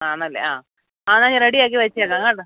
ആണല്ലേ ആ എന്നാൽ റെഡിയാക്കി വെച്ചേക്കാം കേട്ടോ